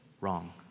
wrong